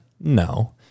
No